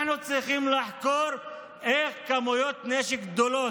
אנחנו צריכים לחקור איך כמויות נשק גדולות